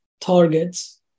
targets